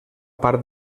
part